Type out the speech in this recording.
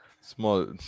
Small